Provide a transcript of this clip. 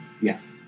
Yes